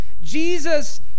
Jesus